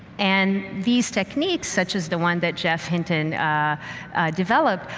and these techniques, such as the one that jeff hinton developed,